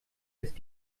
ist